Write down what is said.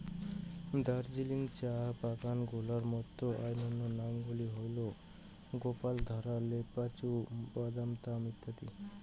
দার্জিলিং চা বাগান গুলার মইধ্যে অইন্যতম নাম গুলা হইলেক গোপালধারা, লোপচু, বাদামতাম আদি